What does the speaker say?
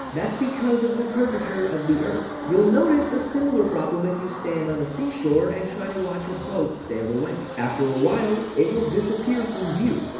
that's because of the curvature of the earth. you'll notice a similar problem if you stand on a seashore and try to watch a boat sail away. after awhile, it will disappear from view.